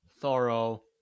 Thorough